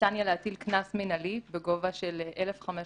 ניתן יהיה להטיל קנס מינהלי בגובה של 1,500